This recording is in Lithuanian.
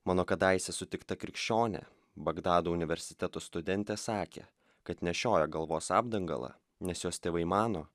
mano kadaise sutikta krikščionė bagdado universiteto studentė sakė kad nešioja galvos apdangalą nes jos tėvai mano